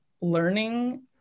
learning